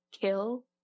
kill